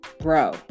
bro